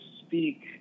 speak